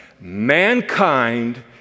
mankind